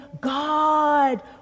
God